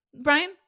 Brian